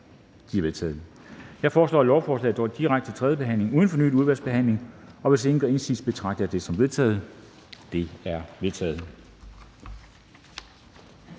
Jeg foreslår, at lovforslaget går direkte til tredje behandling uden fornyet udvalgsbehandling. Hvis ingen gør indsigelse, betragter jeg det som vedtaget. Det er vedtaget.